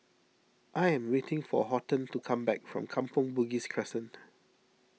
I am waiting for Horton to come back from Kampong Bugis Crescent